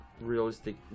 realistic